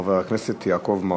חבר הכנסת יעקב מרגי.